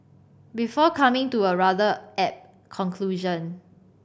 before coming to a rather apt conclusion